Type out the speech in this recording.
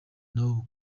nabo